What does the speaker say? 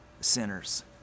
sinners